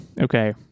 okay